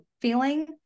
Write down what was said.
feeling